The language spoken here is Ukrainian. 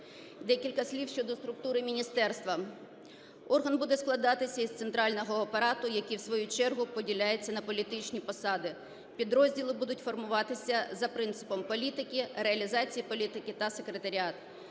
Декілька слів щодо структури міністерства. Орган буде складатися із центрального апарату, який в свою чергу поділяється на політичні посади. Підрозділи будуть формуватися за принципом політики, реалізації політики та секретаріат.